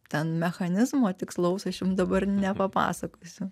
ten mechanizmo tikslaus aš jum dabar nepapasakosiu